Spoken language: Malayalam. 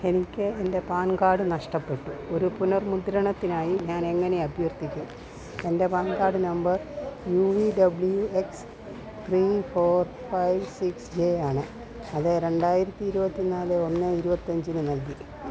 എനിക്ക് എൻ്റെ പാൻ കാർഡ് നഷ്ടപ്പെട്ടു ഒരു പുനർ മുദ്രണത്തിനായി ഞാൻ എങ്ങനെ അഭ്യർത്ഥിക്കും എന്റെ PAN card number U V W X three four five six J ആണ് അത് രണ്ടായിരത്തി ഇരുപത്തിനാല് ഒന്ന് ഇരുപത്തഞ്ചിന് നൽകി